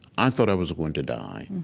i thought i was going to die.